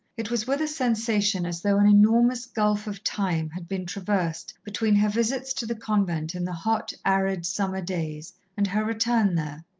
it was with a sensation as though an enormous gulf of time had been traversed between her visits to the convent in the hot, arid summer days and her return there.